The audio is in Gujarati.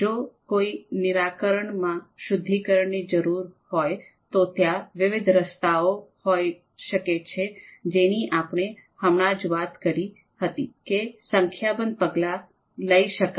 જો કોઈ નિરાકરણમાં શુદ્ધિકરણની જરૂર હોય તો ત્યાં વિવિધ રસ્તાઓ હોઈ શકે છે જેની આપણે હમણાં જ વાત કરી હતી કે તે સંખ્યાબંધ પગલાં લઈ શકાય છે